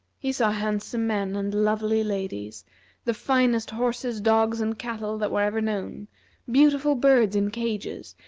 he saw handsome men and lovely ladies the finest horses, dogs, and cattle that were ever known beautiful birds in cages,